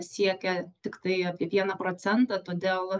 siekia tiktai apie vieną procentą todėl